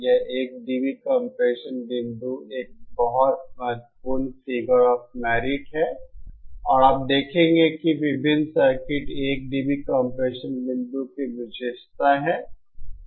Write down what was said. यह 1 dB compression बिंदु एक बहुत महत्वपूर्ण फिगर ऑफ मेरिट है और आप देखेंगे कि विभिन्न सर्किट 1 dB कंप्रेशन बिंदु की विशेषता हैं